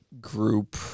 group